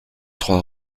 trois